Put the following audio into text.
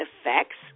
effects